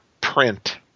print